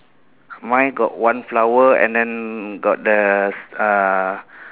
mine got one flower and then got the uh